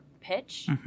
pitch